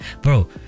bro